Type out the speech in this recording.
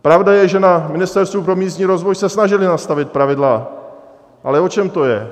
Pravda je, že na Ministerstvu pro místní rozvoj se snažili nastavit pravidla, ale o čem to je?